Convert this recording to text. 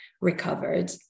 recovered